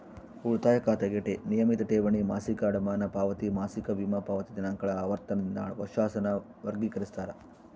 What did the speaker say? ಉಳಿತಾಯ ಖಾತೆಗೆ ನಿಯಮಿತ ಠೇವಣಿ, ಮಾಸಿಕ ಅಡಮಾನ ಪಾವತಿ, ಮಾಸಿಕ ವಿಮಾ ಪಾವತಿ ದಿನಾಂಕಗಳ ಆವರ್ತನದಿಂದ ವರ್ಷಾಸನ ವರ್ಗಿಕರಿಸ್ತಾರ